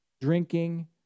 drinking